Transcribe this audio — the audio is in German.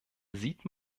sieht